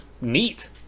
Neat